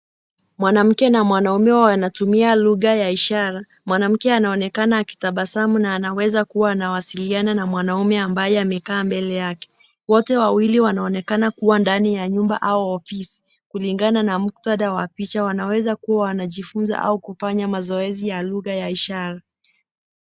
Mwanamke na mwanaume wanatumia lugha ya ishara. Mwanamke anaonekana akitabasamu na anaweza kuwa anawasiliana na mwanaume ambaye amekaa mbele yake. Wote wawili wanaonekana kuwa ndani ya nyumba au ofisi, kulingana na mkutadha wa picha. Wanaweza kuwa wanajifunza au kufanya mazoezi ya lugha ya ishara.